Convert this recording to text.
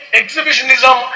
exhibitionism